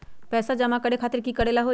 पैसा जमा करे खातीर की करेला होई?